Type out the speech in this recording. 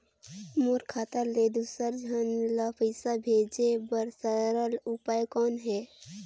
मोर खाता ले दुसर झन ल पईसा भेजे बर सरल उपाय कौन हे?